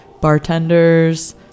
bartenders